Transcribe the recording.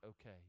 okay